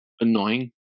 annoying